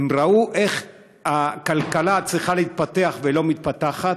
הם ראו איך הכלכלה צריכה להתפתח ולא מתפתחת.